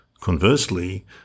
Conversely